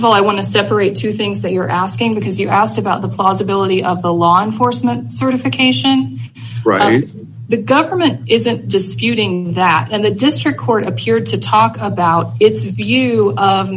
of all i want to separate two things that you're asking because you asked about the possibility of a law enforcement certification the government isn't just puting that and the district court appeared to talk about its view of